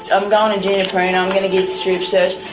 i'm going to juniperina, i'm going to get strip-searched,